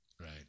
Right